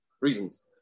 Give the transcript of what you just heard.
reasons